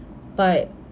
but